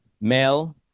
male